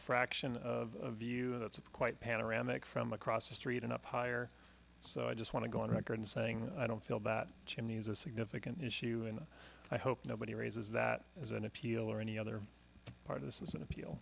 fraction of view and it's quite panoramic from across the street and up higher so i just want to go on record saying i don't feel that chimney is a significant issue and i hope nobody raises that as an appeal or any other part of this is an appeal